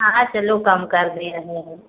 हाँ चलो कम कर दे रहे हैं